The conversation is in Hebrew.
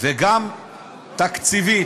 וגם תקציבית.